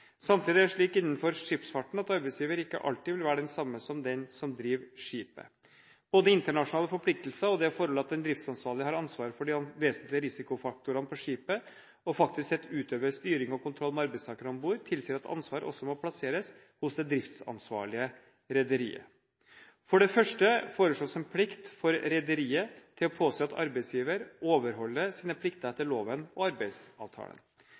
Samtidig er det slik innenfor skipsfarten at arbeidsgiver ikke alltid vil være den samme som den som driver skipet. Både internasjonale forpliktelser og det forhold at den driftsansvarlige har ansvaret for de vesentlige risikofaktorene på skipet og faktisk sett utøver styring og kontroll med arbeidstakerne om bord, tilsier at ansvar også må plasseres hos det driftsansvarlige rederiet. For det første foreslås en plikt for rederiet til å påse at arbeidsgiver overholder sine plikter etter loven og arbeidsavtalen.